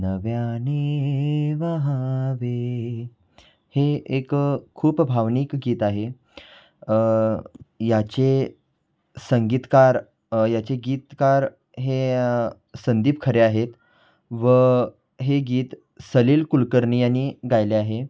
नव्याने वाहावे हे एकं खूप भावनिक गीत आहे याचे संगीतकार याचे गीतकार हे संदीप खरे आहेत व हे गीत सलील कुलकर्णी यांनी गायले आहे